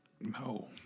No